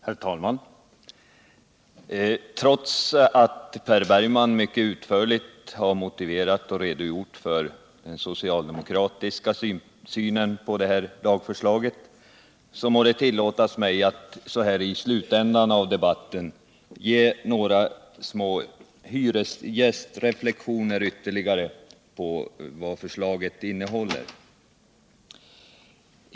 Herr talman! Trots att Per Bergman mycket utförligt motiverat och redogjort för den socialdemokratiska synen på detta lagförslag, må det tillåtas mig att i slutändan av debatten anföra några ytterligare hyresreflexioner på vad förslaget innehåller.